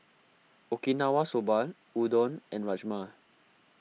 Okinawa Soba Udon and Rajma